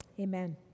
amen